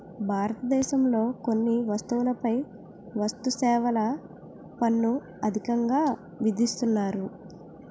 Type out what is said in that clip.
భారతదేశంలో కొన్ని వస్తువులపై వస్తుసేవల పన్ను అధికంగా విధిస్తున్నారు